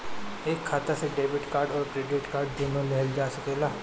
एक खाता से डेबिट कार्ड और क्रेडिट कार्ड दुनु लेहल जा सकेला?